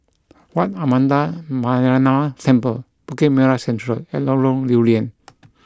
Wat Ananda Metyarama Temple Bukit Merah Central and Lorong Lew Lian